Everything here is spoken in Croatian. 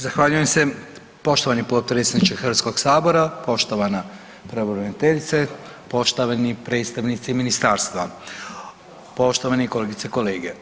Zahvaljujem se poštovani potpredsjedniče HS-a, poštovana pravobraniteljice, poštovani predstavnici ministarstva, poštovani kolegice i kolege.